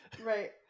Right